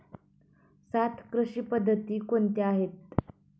सात कृषी पद्धती कोणत्या आहेत?